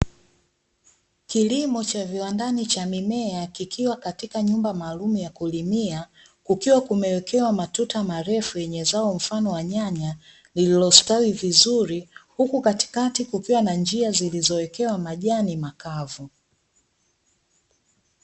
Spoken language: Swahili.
Kilimo cha viwandani cha mimea kikiwa katika nyumba maalumu ya kulimia, kukiwa kumewekewa matuta marefu yenye zao mfano wa nyanya lililo stawi vizuri, huku katikati kukiwa na njia zilizowekea majani makavu.